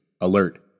alert